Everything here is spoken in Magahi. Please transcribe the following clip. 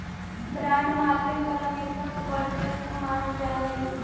बॉन्ड मार्केट पर अमेरिका के वर्चस्व मानल जा हइ